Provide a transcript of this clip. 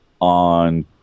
on